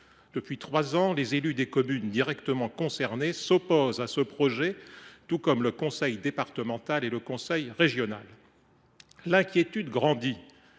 Depuis trois ans, les élus des communes directement concernées s’opposent à ce projet, tout comme le conseil départemental et le conseil régional. L’inquiétude est